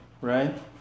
right